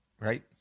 Right